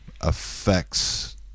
affects